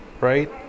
right